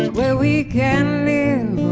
where we can live